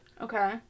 Okay